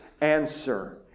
answer